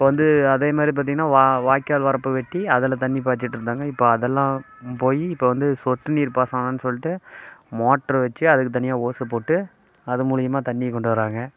இப்போ வந்து அதேமாதிரி பார்த்திங்கனா வா வாய்க்கால் வரப்பை வெட்டி அதில் தண்ணி பாய்ச்சிட்ருந்தாங்க இப்போ அதெல்லாம் போய் இப்போ வந்து சொட்டுநீர் பாசனம்னு சொல்லிட்டு மோட்டரு வச்சு அதுக்கு தனியாக ஓஸ் போட்டு அது மூலயமா தண்ணியை கொண்டு வராங்க